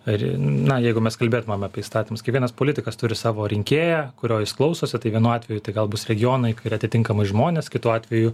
ar na jeigu mes kalbėtumėm apie įstatymus kiekvienas politikas turi savo rinkėją kurio jis klausosi tai vienu atveju tai gal bus regionai ir atitinkamai žmonės kitu atveju